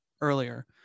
earlier